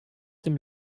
dem